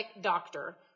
doctor